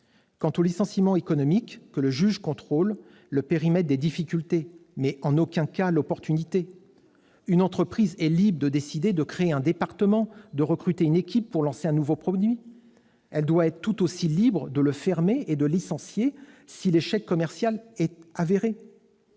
les licenciements économiques, que le juge contrôle le périmètre des difficultés, mais en aucun cas l'opportunité de licencier ! Une entreprise est libre de décider de créer un département et de recruter une équipe pour lancer un nouveau produit ; elle doit être tout aussi libre de le fermer et de licencier en cas d'échec commercial.